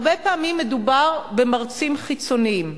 הרבה פעמים מדובר במרצים חיצוניים,